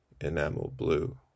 enamel-blue